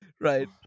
Right